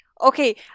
Okay